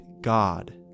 God